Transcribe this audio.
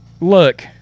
Look